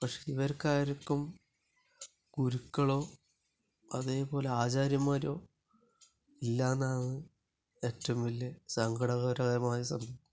പക്ഷേ ഇവർക്ക് ആർക്കും ഗുരുക്കളോ അതേ പോലെ ആചാര്യന്മാരോ ഇല്ല എന്നതാണ് ഏറ്റവും വലിയ സങ്കടകരമായ സത്യം